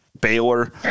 Baylor